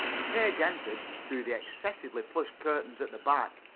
a page entered through the excessively plush curtains at the back,